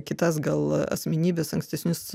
kitas gal asmenybes ankstesnius